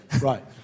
right